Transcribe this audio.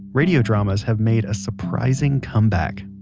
radio dramas have made surprising comeback.